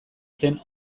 zen